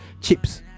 chips